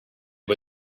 but